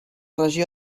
regió